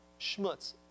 schmutz